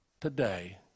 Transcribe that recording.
today